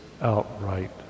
outright